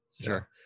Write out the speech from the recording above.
Sure